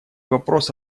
вопрос